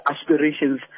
aspirations